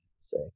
say